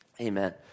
Amen